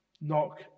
Knock